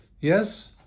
Yes